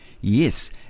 Yes